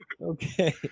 Okay